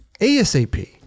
asap